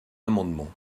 amendement